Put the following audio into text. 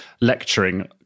lecturing